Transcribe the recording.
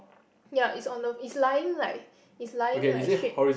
ya it's on the it's lying like it's lying like straight